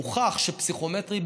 הוכח שפסיכומטרי,